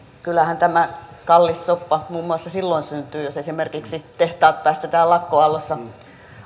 kyllähän tämä kallis soppa muun muassa silloin syntyy jos esimerkiksi tehtaat päästetään lakkoaallossa